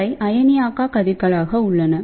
இவை அயனியாக்கா கதிர்களாக உள்ளன